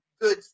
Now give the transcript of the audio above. good